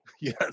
Yes